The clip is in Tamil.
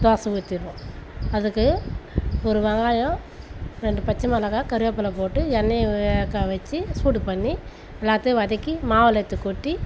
தோசை ஊத்திடுவோம் அதுக்கு ஒரு வெங்காயம் ரெண்டு பச்சைமெளகா கருவேப்பிலை போட்டு எண்ணெயை வேக வெச்சு சூடுபண்ணி எல்லாத்தையும் வதக்கி மாவில் எடுத்து கொட்டி